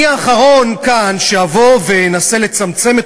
אני האחרון כאן שאבוא ואנסה לצמצם את